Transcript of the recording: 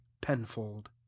penfold